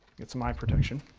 get some eye protection.